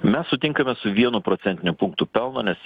mes sutinkame su vienu procentiniu punktu pelno nes